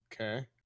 okay